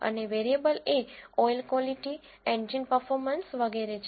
અને વેરિયેબલ એ oil quality engine performance વગેરે છે